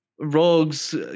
Rogues